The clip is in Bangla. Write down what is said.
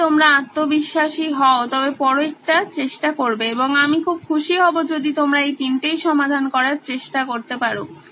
যদি তোমরা আত্মবিশ্বাসী হও তবে পরের টা চেষ্টা করবে এবং আমি খুব খুশি হবো যদি তোমরা এই তিনটেই সমাধান করার চেষ্টা করতে পারো